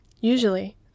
Usually